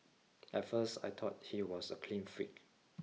at first I thought he was a clean freak